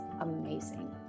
amazing